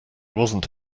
wasn’t